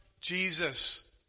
Jesus